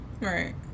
Right